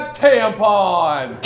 tampon